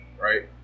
right